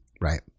Right